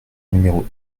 numéros